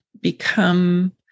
become